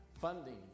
Funding